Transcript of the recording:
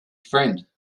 friend